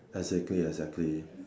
exactly exactly